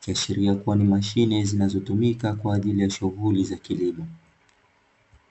ikiashiria kua ni mashine zinazotumika kwa ajili ya shughuli za kilimo.